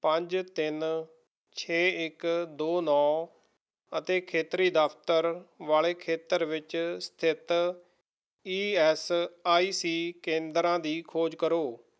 ਪੰਜ ਤਿੰਨ ਛੇ ਇੱਕ ਦੋ ਨੌਂ ਅਤੇ ਖੇਤਰੀ ਦਫ਼ਤਰ ਵਾਲੇ ਖੇਤਰ ਵਿੱਚ ਸਥਿਤ ਈ ਐਸ ਆਈ ਸੀ ਕੇਂਦਰਾਂ ਦੀ ਖੋਜ ਕਰੋ